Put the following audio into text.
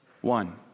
one